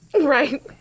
Right